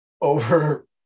over